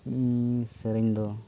ᱤᱧ ᱥᱮᱨᱮᱧ ᱫᱚ